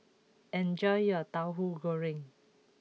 enjoy your Tauhu Goreng